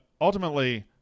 ultimately